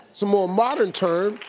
so more modern term,